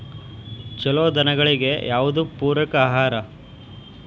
ಛಲೋ ದನಗಳಿಗೆ ಯಾವ್ದು ಪೂರಕ ಆಹಾರ?